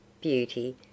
beauty